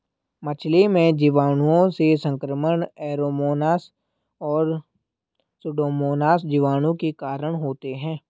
मछली में जीवाणुओं से संक्रमण ऐरोमोनास और सुडोमोनास जीवाणु के कारण होते हैं